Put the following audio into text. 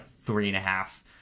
three-and-a-half